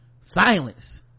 silence